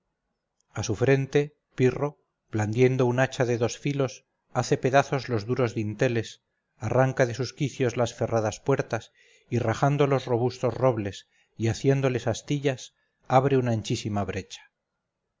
a su frente pirro blandiendo una hacha de dos filos hace pedazos los duros dinteles arranca de sus quicios las ferradas puertas y rajando los robustos robles y haciéndoles astillas abre una anchísima brecha